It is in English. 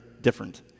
different